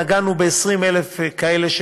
נגענו ב-20,000 כאלה,